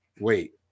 Wait